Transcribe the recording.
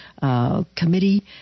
committee